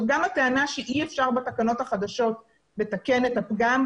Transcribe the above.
גם הטענה שאי אפשר בתקנות החדשות לתקן את הפגם,